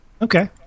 Okay